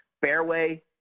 fairway